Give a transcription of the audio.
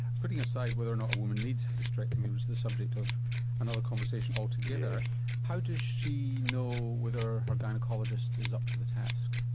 putting aside whether or not a woman needs a hysterectomy, which is the subject of another conversation altogether how does she know whether her gynaecologist is up to the task?